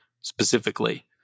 specifically